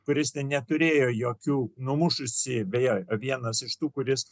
kuris neturėjo jokių numušusį beje vienas iš tų kuris